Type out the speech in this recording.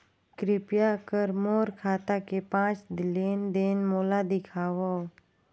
कृपया कर मोर खाता के पांच लेन देन मोला दिखावव